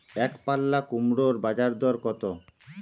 একপাল্লা কুমড়োর বাজার দর কত?